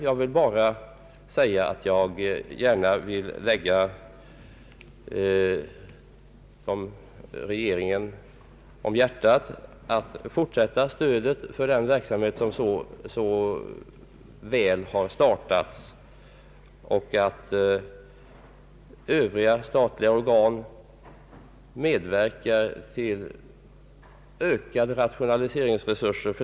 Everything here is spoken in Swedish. Jag vill bara lägga regeringen på hjärtat att fortsätta stödet för den verksamhet som har startat så bra och att tillse att övriga statliga organ medverkar till att ge detta företag ökade rationaliseringsresurser.